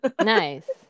Nice